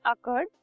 occurred